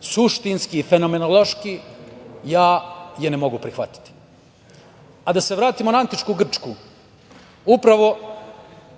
suštinski i fenomenološki ja je ne mogu prihvatiti. Da se vratimo na antičku Grčku. Upravo